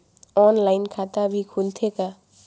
Online खाता भी खुलथे का?